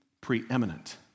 preeminent